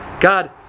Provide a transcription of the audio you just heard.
God